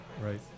Right